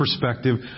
perspective